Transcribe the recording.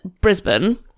Brisbane